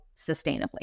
sustainably